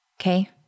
Okay